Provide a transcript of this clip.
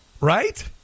Right